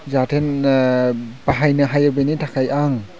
जाहाथे बाहायनो हायो बेनि थाखाय आं